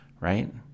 right